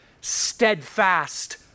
steadfast